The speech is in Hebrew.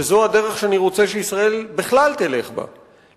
וזאת הדרך שאני רוצה שישראל תלך בה בכול,